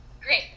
Great